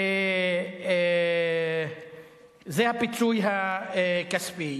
זה הפיצוי הכספי.